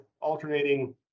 alternating